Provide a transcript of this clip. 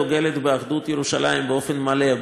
דוגלת באחדות ירושלים באופן מלא,